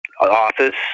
Office